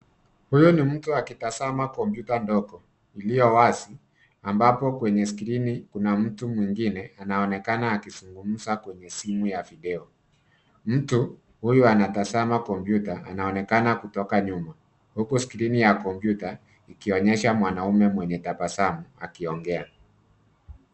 Huyu ni mtu akitazama kompyuta ndogo iliyo wazi ambapo kwenye skirini kuna mtu mwingine anaonekan akizugumza kwenye simu ya video. Mtu huyu anatazama kompyuta anaonekana kutoka nyuma huku skirini ya kompyuta ikionyesha mwanaume mwenye tabasamu akiongea.